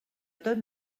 tot